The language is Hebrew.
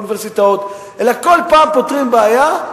באוניברסיטאות, אלא כל פעם פותרים בעיה.